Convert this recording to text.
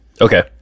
okay